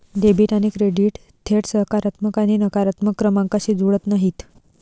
debit आणि credit थेट सकारात्मक आणि नकारात्मक क्रमांकांशी जुळत नाहीत